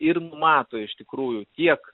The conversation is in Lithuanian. ir numato iš tikrųjų tiek